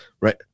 right